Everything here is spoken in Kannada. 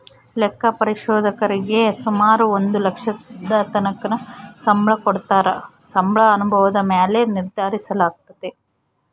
ಲೆಕ್ಕ ಪರಿಶೋಧಕರೀಗೆ ಸುಮಾರು ಒಂದು ಲಕ್ಷದತಕನ ಸಂಬಳ ಕೊಡತ್ತಾರ, ಸಂಬಳ ಅನುಭವುದ ಮ್ಯಾಲೆ ನಿರ್ಧರಿಸಲಾಗ್ತತೆ